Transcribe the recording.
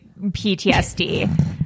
PTSD